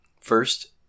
First